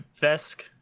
Vesk